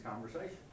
conversation